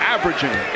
Averaging